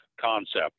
concept